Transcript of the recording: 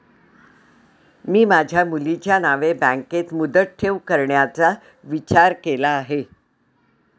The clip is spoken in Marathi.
मी माझ्या मुलीच्या नावे बँकेत मुदत ठेव करण्याचा विचार केला आहे